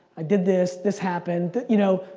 i did this, this happened, you know.